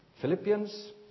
Philippians